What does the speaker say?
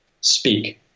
speak